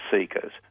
seekers